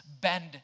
bend